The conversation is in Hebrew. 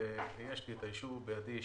ויש את האישור בידי,